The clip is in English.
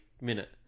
minute